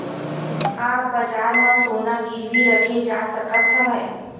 का बजार म सोना गिरवी रखे जा सकत हवय?